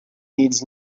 needs